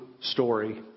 story